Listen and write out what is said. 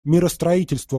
миростроительство